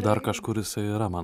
dar kažkur jisai yra man